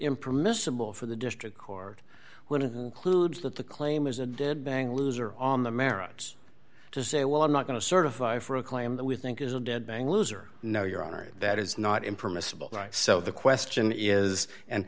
impermissible for the district court would include that the claim is a dead bang loser on the merits to say well i'm not going to certify for a claim that we think is a dead bang loser no your honor that is not in permissible so the question is and